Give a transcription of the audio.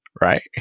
Right